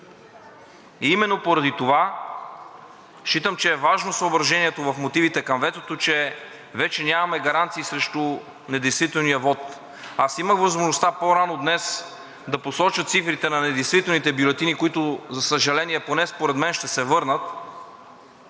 Именно поради това считам, че е важно съображението в мотивите към ветото, че вече нямаме гаранции срещу недействителния вот. Аз имах възможността по-рано днес да посоча цифрите на недействителните бюлетини, които, за съжаление, поне според мен, ще се върнат,